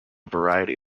variety